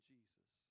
Jesus